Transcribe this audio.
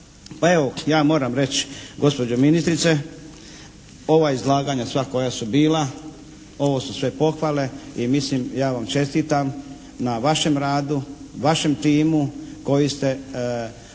Pa evo ja moram reći gospođo ministrice ova izlaganja sva koja su bila. Ovo su sve pohvale i mislim ja vam čestitam na vašem radu, vašem timu koji ste,